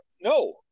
No